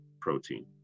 protein